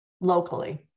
locally